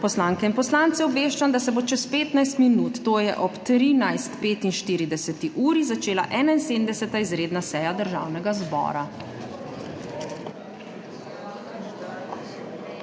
Poslanke in poslance obveščam, da se bo čez 15 minut, to je ob 13.45 začela 71. izredna seja Državnega zbora.